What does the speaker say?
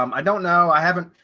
um i don't know, i haven't.